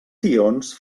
tions